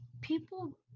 people